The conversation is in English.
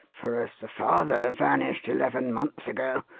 for, as the father vanished eleven months ago,